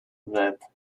that